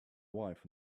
wife